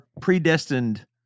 predestined